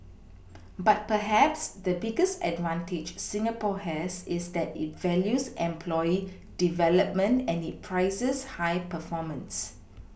but perhaps the biggest advantage Singapore has is that it values employee development and it prizes high performance